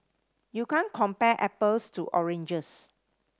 you can't compare apples to oranges